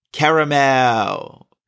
Caramel